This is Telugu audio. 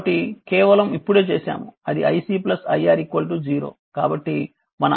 కాబట్టి కేవలం ఇప్పుడే చేసాము అది iC iR 0